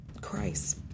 Christ